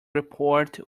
report